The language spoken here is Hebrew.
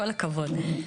כל הכבוד.